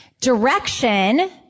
Direction